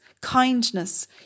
kindness